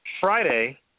Friday